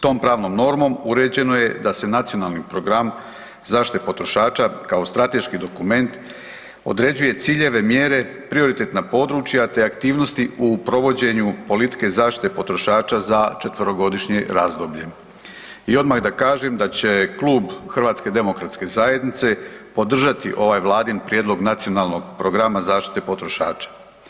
Tom pravnom normom uređeno je da se Nacionalni program zaštite potrošača kao strateški dokument određuje ciljeve, mjere, prioritetna područja te aktivnosti u provođenju politike zaštite potrošača za četverogodišnje razdoblje i odmah da kažem da će Klub HDZ-a podržati ovaj Vladin Prijedlog Nacionalnog programa zaštite potrošača.